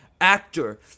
actor